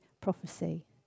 prophecy